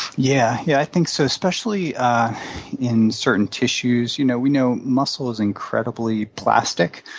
yeah, yeah, i think so, especially in certain tissues. you know we know muscle is incredibly plastic,